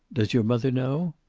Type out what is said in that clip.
does your mother know?